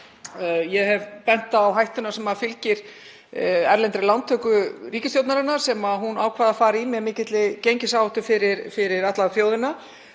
Ég hef bent á hættuna sem fylgir erlendri lántöku ríkisstjórnarinnar sem hún ákvað að fara í með mikilli gengisáhættu fyrir alla þjóðina.